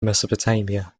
mesopotamia